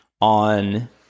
on